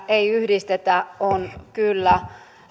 ei yhdistetä on kyllä